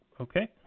Okay